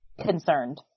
concerned